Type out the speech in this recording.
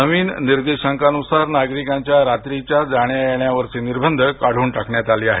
नवीन निर्देशांनुसार नागरिकांच्या रात्रीच्या जाण्या येण्यावारचे निर्बंध काढून टाकण्यात आले आहेत